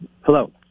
Hello